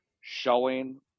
showing